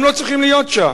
הם לא צריכים להיות שם,